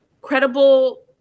credible